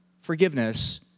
forgiveness